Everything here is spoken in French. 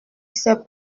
s’est